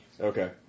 okay